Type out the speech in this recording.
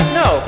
no